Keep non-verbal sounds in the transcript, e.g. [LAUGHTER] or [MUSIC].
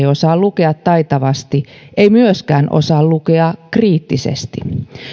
[UNINTELLIGIBLE] osaa lukea taitavasti ei myöskään osaa lukea kriittisesti